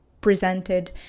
presented